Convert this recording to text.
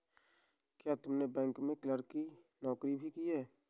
क्या तुमने बैंक में क्लर्क की नौकरी भी की है?